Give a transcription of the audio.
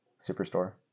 Superstore